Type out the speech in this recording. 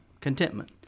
contentment